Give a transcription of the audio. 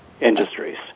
industries